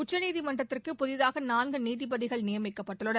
உச்சநீதிமன்றத்திற்கு புதிதாக நான்கு நீதிபதிகள் நியமிக்கப்பட்டுள்ளனர்